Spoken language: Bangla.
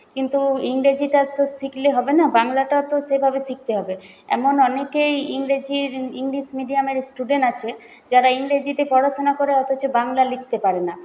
কিন্তু ইংরেজিটা তো শিখলে হবে না বাংলাটাও তো সেভাবে শিখতে হবে এমন অনেকেই ইংরেজির ইংলিশ মিডিয়ামের স্টুডেন্ট আছে যারা ইংরেজিতে পড়াশুনা করে অথচ বাংলা লিখতে পারে না